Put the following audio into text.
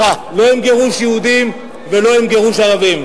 לא עם גירוש יהודים ולא עם גירוש ערבים.